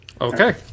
Okay